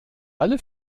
alle